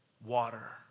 Water